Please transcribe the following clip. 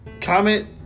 comment